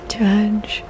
judge